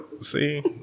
See